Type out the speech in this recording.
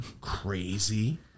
crazy